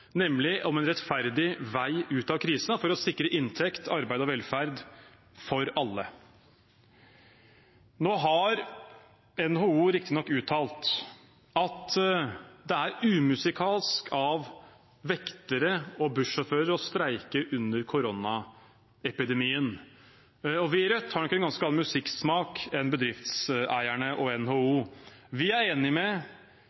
nemlig om en rettferdig vei ut av krisen for å sikre inntekt, arbeid og velferd for alle. Nå har NHO riktignok uttalt at det er umusikalsk av vektere og bussjåfører å streike under koronaepidemien. Vi i Rødt har nok en ganske annen musikksmak enn bedriftseierne og